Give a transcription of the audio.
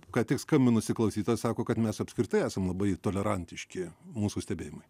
ką tik skambinusi klausytoja sako kad mes apskritai esam labai tolerantiški mūsų stebėjimui